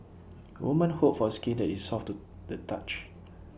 women hope for skin that is soft to the touch